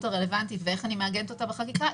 הרלוונטית ואיך אני מעגנת אותה בחקיקה,